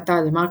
באתר TheMarker,